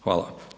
Hvala.